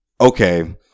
Okay